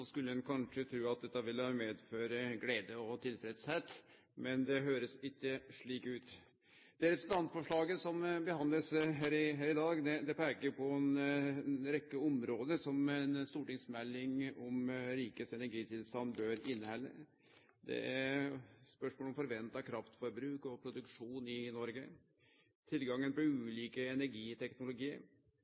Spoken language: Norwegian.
skulle ein kanskje tru at det ville føre med seg glede og tilfredsheit. Men det høyrest ikkje slik ut. Det representantforslaget som blir behandla her i dag, peikar på ei rekkje område som ei stortingsmelding om rikets energitilstand bør innehalde. Det er spørsmål om forventa kraftforbruk og produksjon i Noreg, tilgangen på ulike